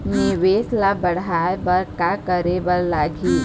निवेश ला बढ़ाय बर का करे बर लगही?